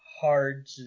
hard